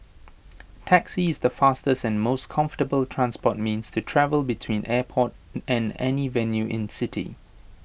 taxi is the fastest and most comfortable transport means to travel between airport and any venue in city